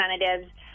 representatives